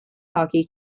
hockey